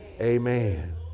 Amen